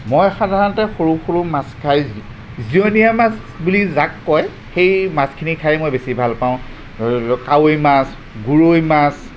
মই সাধাৰণতে সৰু সৰু মাছ খাই জীয়নীয়া মাছ বুলি যাক কয় সেই মাছখিনি খাই মই বেছি ভাল পাওঁ কাৱৈ মাছ গৰৈ মাছ